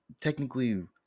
technically